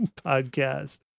podcast